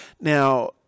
Now